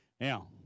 Now